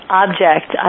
object